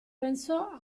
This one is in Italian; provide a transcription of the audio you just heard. pensò